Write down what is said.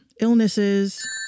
illnesses